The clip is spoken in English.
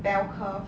bell curve